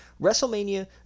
WrestleMania